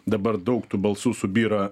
dabar daug tų balsų subyra